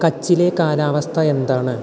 കച്ചിലെ കാലാവസ്ഥ എന്താണ്